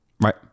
Right